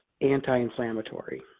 anti-inflammatory